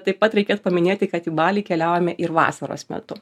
taip pat reikėtų paminėti kad į balį keliaujame ir vasaros metu